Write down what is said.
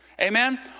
Amen